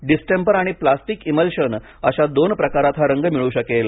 distemper आणि plastic emulsion अशा दोन प्रकारात हा रंग मिळू शकेल